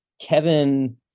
Kevin